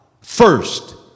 first